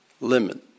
limit